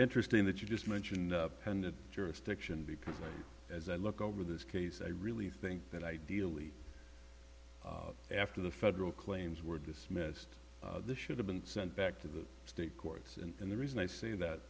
interesting that you just mentioned up and jurisdiction because as i look over this case i really think that i deal leave after the federal claims were dismissed this should have been sent back to the state courts and the reason i say that